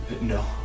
No